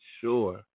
sure